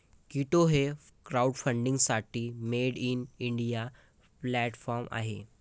कीटो हे क्राउडफंडिंगसाठी made in India platform आहे